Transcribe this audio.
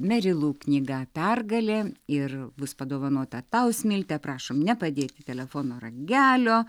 merilu knyga pergalė ir bus padovanota tau smilte prašom nepadėti telefono ragelio